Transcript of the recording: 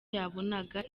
yabonaga